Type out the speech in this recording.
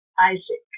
Isaac